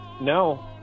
No